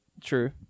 True